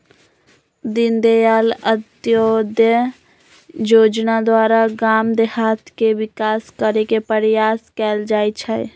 दीनदयाल अंत्योदय जोजना द्वारा गाम देहात के विकास करे के प्रयास कएल जाइ छइ